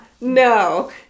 no